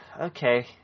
okay